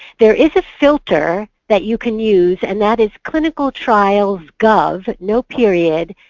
there is a filter that you can use and that is clinicaltrialsgov, no period,